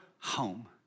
home